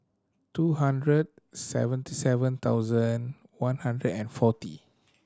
two hundred seventy seven thousand one hundred and forty